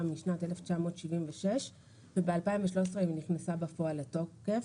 משנת 1976 וב-2013 היא נכנסה בפועל לתוקף.